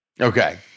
Okay